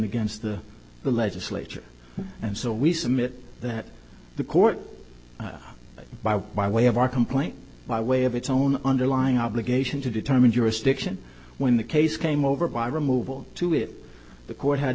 against the the legislature and so we submit that the court by way of our complaint by way of its own underlying obligation to determine jurisdiction when the case came over by removal to it the court had